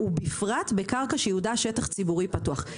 "ובפרט בקרקע שייעודה שטח ציבורי פתוח"."